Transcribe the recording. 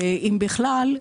אם בכלל,